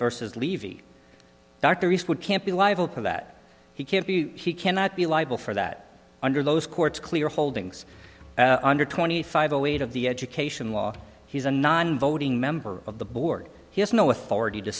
versus levy dr eastwood can't be liable for that he can't be he cannot be liable for that under those court's clear holdings under twenty five a weight of the education law he's a non voting member of the board he has no authority to